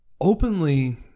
openly